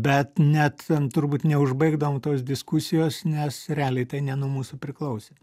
bet net ten turbūt neužbaigdavom tos diskusijos nes realiai tai ne nuo mūsų priklausė